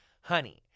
Honey